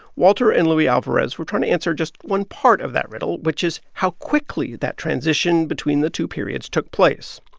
walter and luis alvarez were trying to answer just one part of that riddle, which is how quickly that transition between the two periods took place.